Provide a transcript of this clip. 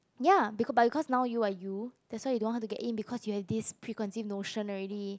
ya be~ but because now you are you that's why you don't want her to get in because you have this preconceived notion already